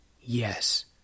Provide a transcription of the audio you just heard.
Yes